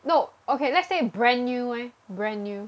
no okay let's say brand new eh brand new